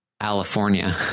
California